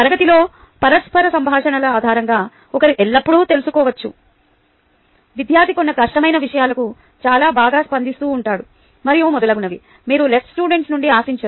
తరగతిలో పరస్పర సంభాషణల ఆధారంగా ఒకరు ఎల్లప్పుడూ తెలుసుకోవచ్చు విద్యార్థి కొన్ని కష్టమైన విషయాలకు చాలా బాగా స్పందిస్తూ ఉంటాడు మరియు మొదలగునవి మీరు LS నుండి ఆశించరు